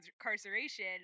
incarceration